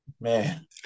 man